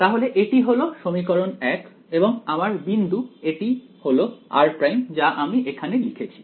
তাহলে এটি হলো সমীকরণ 1 এবং আমার বিন্দু এটি হলো r' যা আমি এখানে লিখেছি